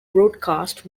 broadcast